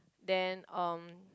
then um